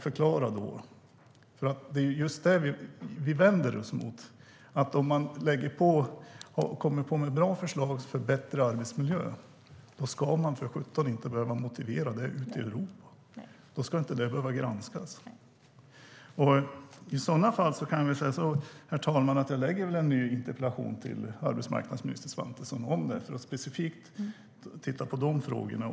Förklara för mig. Vi vänder oss mot att ett bra förslag som förbättrar arbetsmiljön ska behöva motiveras ute i Europa. Förslaget ska inte behöva granskas. I sådana fall ställer jag en ny interpellation till arbetsmarknadsminister Svantesson för att diskutera specifikt de frågorna.